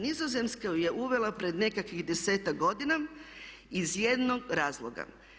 Nizozemska ju je uvela prije nekakvih 10-ak godina iz jednog razloga.